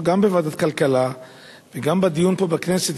גם בוועדת הכלכלה וגם בדיון פה בכנסת.